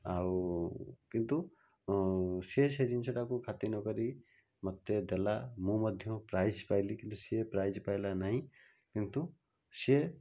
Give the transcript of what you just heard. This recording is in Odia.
ଆଉ କିନ୍ତୁ ସେ ସେହି ଜିନିଷଟାକୁ ଖାତିର ନକରି ମୋତେ ଦେଲା ମୁଁ ମଧ୍ୟ ପ୍ରାଇଜ୍ ପାଇଲି କିନ୍ତୁ ସେ ପ୍ରାଇଜ୍ ପାଇଲା ନାହିଁ କିନ୍ତୁ ସେ